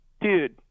dude